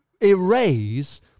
erase